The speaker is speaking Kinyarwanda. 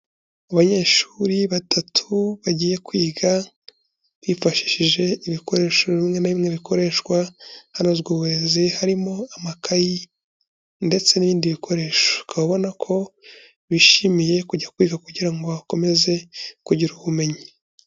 Abanyeshuri batatu bagiye kwiga bifashishije ibikoresho bimwe na bimwe bikoreshwa hanozwa uburezi harimo amakayi ndetse n'ibindi bikoresho, ukaba ubona ko bishimiye kujya kwiga kugira ngo bakomeze kugira ubumenyi.